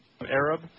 Arab